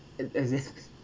it exa~